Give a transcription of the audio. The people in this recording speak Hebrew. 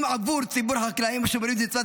עבור ציבור החקלאים השומרים את מצוות